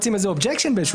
לא.